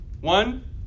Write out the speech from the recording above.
One